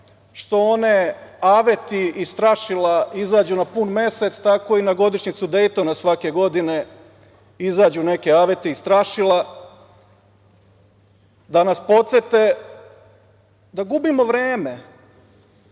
što one aveti i strašila izađu na pun mesec tako i na godišnjicu Dejtona svake godine, izađu neke aveti i strašila, da nas podsete da gubimo vreme,